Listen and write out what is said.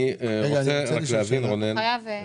אני רוצה רק להבין רונן,